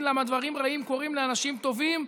למה דברים רעים קורים לאנשים טובים,